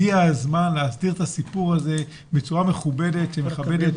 הגיע הזמן להסדיר את הסיפור הזה בצורה מכובדת שמכבדת